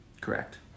Correct